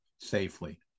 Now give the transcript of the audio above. safely